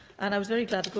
and i was very glad,